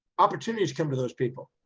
opportunities come to those people,